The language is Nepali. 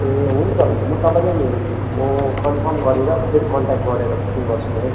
ए हुन्छ हुन्छ म तपाईँलाई नै म कन्फर्म गरेर फेरि कन्ट्याक्ट गरेर बुकिङ गर्छु नि है